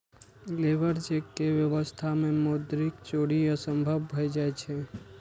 labour check के व्यवस्था मे मौद्रिक चोरी असंभव भए जाइ छै